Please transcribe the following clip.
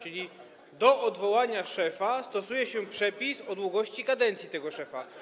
Zatem do odwołania szefa stosuje się przepis o długości kadencji tego szefa.